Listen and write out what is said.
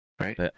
right